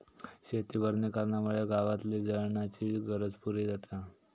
शेती वनीकरणामुळे गावातली जळणाची गरज पुरी जाता